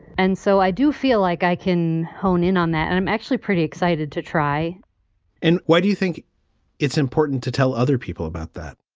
and so i do feel like i can hone in on that. and i'm actually pretty excited to try and why do you think it's important to tell other people about that?